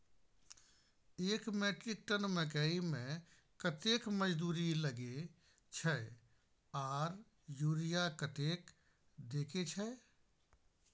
एक metric tonne मकई में कतेक मजदूरी लगे छै आर यूरिया कतेक देके छै?